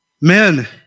Men